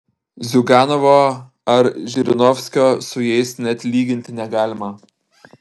ziuganovo ar žirinovskio su jais net lyginti negalima